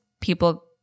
people